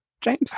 james